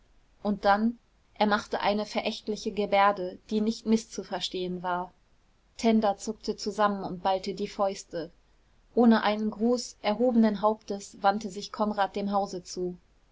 und dann er machte eine verächtliche gebärde die nicht mißzuverstehen war tenda zuckte zusammen und ballte die fäuste ohne einen gruß erhobenen hauptes wandte sich konrad dem hause zu